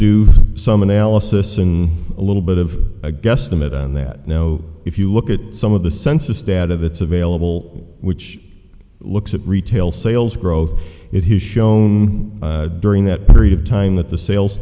do some analysis and a little bit of a guesstimate on that no if you look at some of the census data that's available which looks at retail sales growth it has shown during that period of time that the sales